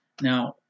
Now